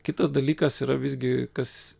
kitas dalykas yra visgi kas